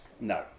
no